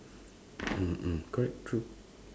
mm mm correct true